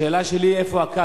השאלה שלי, איפה הקו?